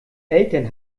eltern